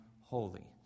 holy